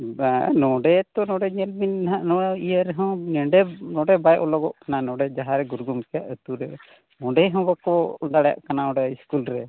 ᱵᱟᱝ ᱱᱚᱰᱮ ᱛᱚ ᱱᱚᱰᱮ ᱧᱮᱞ ᱵᱤᱱ ᱦᱟᱸᱜ ᱱᱚᱜᱼᱚᱸᱭ ᱤᱭᱟᱹ ᱨᱮᱦᱚᱸ ᱱᱚᱰᱮ ᱵᱟᱭ ᱚᱞᱚᱜᱚᱜ ᱠᱟᱱᱟ ᱦᱟᱸᱜ ᱱᱚᱰᱮ ᱡᱟᱦᱟᱸᱭ ᱜᱩᱨᱩ ᱜᱚᱢᱠᱮ ᱟᱛᱳ ᱨᱮ ᱱᱚᱰᱮ ᱦᱚᱸ ᱵᱟᱠᱚ ᱚᱞ ᱫᱟᱲᱮᱭᱟᱜ ᱠᱟᱱᱟ ᱚᱸᱰᱮ ᱥᱠᱩᱞ ᱨᱮ